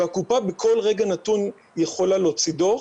והקופה בכל רגע נתון יכולה להוציא דו"ח